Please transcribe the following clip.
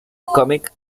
comics